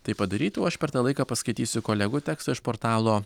tai padaryti aš per tą laiką paskaitysiu kolegų tekstą iš portalo